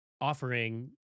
offering